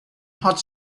hot